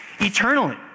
eternally